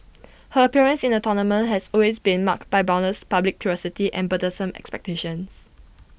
her appearance in the tournament has always been marked by boundless public curiosity and burdensome expectations